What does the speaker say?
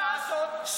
את התקיפה הזאת?